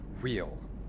real